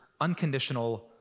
unconditional